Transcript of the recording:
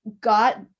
got